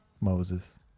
moses